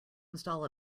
install